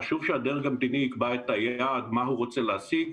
חשוב שהדרג המדיני יקבע את היעד מה הוא רוצה להשיג,